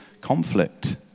conflict